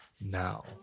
now